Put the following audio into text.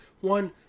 one